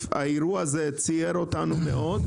האירוע הזה ציער אותנו מאוד,